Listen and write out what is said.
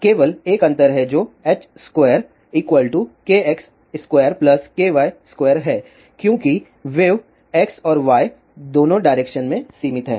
केवल एक अंतर है जो h2kx2ky2 हैं क्योंकि वेव x और y दोनों डायरेक्शन में सीमित है